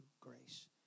grace